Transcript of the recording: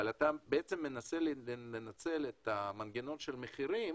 אבל אתה בעצם מנסה לנצל את המנגנון של המחירים